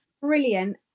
brilliant